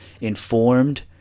informed